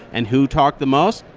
and who talked the most?